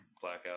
Blackout